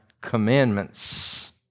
commandments